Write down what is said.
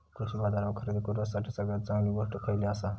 कृषी बाजारावर खरेदी करूसाठी सगळ्यात चांगली गोष्ट खैयली आसा?